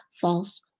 false